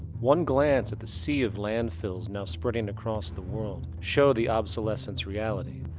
one glance at the sea of landfills now spreading across the world show the obsolescence reality.